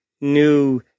new